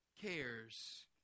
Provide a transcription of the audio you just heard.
cares